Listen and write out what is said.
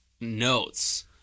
notes